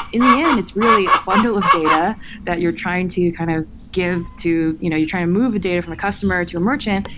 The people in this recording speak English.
in the end, it's really a bundle of data that you're trying to kind of give to you know you're trying to move the data from a customer to a merchant,